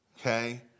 okay